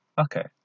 Okay